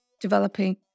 developing